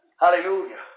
hallelujah